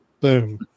boom